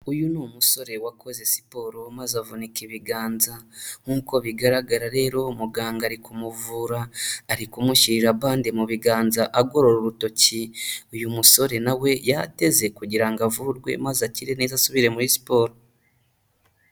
Uyu ni umusore wakoze siporo maze avunika ibiganza. Nkuko bigaragara rero muganga ari kumuvura. Ari kumushyirira bande mu biganza agorora urutoki. Uyu musore nawe yateze kugira avurwe maze akire neza asubire muri siporo.